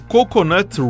Coconut